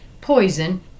poison